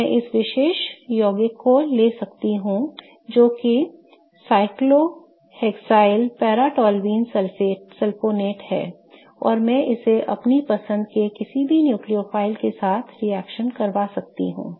तो मैं इस विशेष यौगिक को ले सकता हूं जो कि साइक्लोहेक्सिल पैरा टोल्यूनि सल्फोनेट है और मैं इसे अपनी पसंद के किसी भी न्यूक्लियोफाइल के साथ रिएक्शन करवा सकता हूं